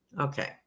Okay